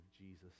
Jesus